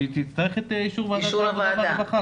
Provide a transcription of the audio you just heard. שהיא תצטרך את אישור ועדת העבודה והרווחה,